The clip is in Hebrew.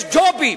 יש ג'ובים.